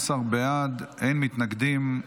18 בעד, אין מתנגדים.